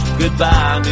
goodbye